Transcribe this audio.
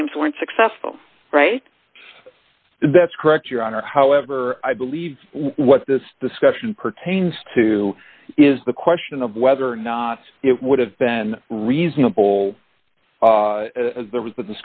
claims weren't successful right that's correct your honor however i believe what this discussion pertains to is the question of whether or not it would have been reasonable as there was the